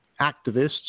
activists